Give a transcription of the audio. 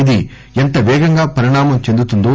ఇది ఎంత పేగంగా పరిణామం చెందుతుందో